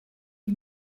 pas